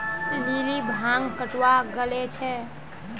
lily भांग कटावा गले छे